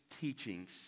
teachings